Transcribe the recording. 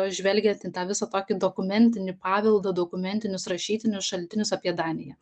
žvelgiant į tą visą tokį dokumentinį paveldą dokumentinius rašytinius šaltinius apie daniją